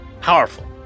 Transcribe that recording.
powerful